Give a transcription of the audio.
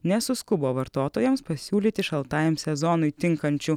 nesuskubo vartotojams pasiūlyti šaltajam sezonui tinkančių